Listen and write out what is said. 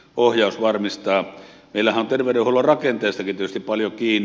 meillähän on terveydenhuollon rakenteestakin tietysti paljon kiinni